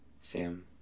Sam